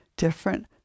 different